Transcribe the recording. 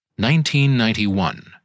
1991